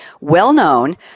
well-known